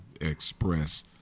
express